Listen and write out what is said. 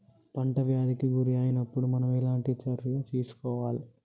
పంట వ్యాధి కి గురి అయినపుడు మనం ఎలాంటి చర్య తీసుకోవాలి?